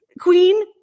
queen